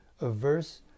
averse